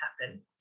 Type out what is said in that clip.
happen